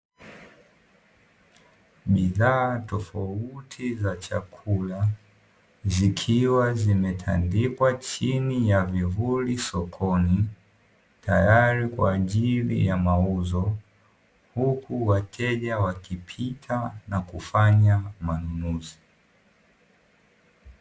Bidhaa tofauti za chakula zikiwa zimetandikwa chini ya vivuli sokoni, tayari kwaajili ya mauzo huku wateja wakipita na kufanya manunuzi.